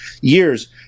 years